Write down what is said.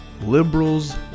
liberals